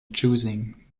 choosing